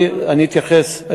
אני אתייחס.